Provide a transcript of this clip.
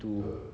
betul